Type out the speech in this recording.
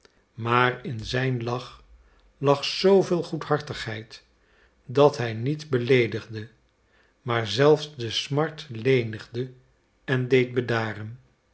maar in zijn lach lag zooveel goedhartigheid dat hij niet beleedigde maar zelfs de smart lenigde en deed